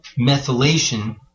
methylation